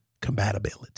compatibility